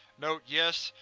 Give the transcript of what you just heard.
note yes,